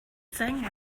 thing